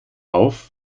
auf